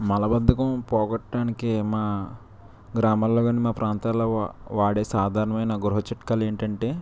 మలబద్ధకం పోగొట్టడానికి మా గ్రామాల్లో కానీ మా ప్రాంతాల్లో వ వాడే సాధారణమైన గృహ చిట్కాలు ఏంటంటే